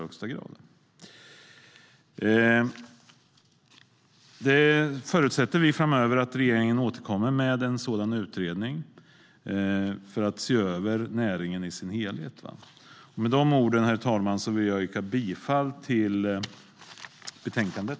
Vi förutsätter att regeringen återkommer med förslag till en sådan utredning för att se över näringen i dess helhet. Herr talman! Jag yrkar bifall till förslaget i betänkandet.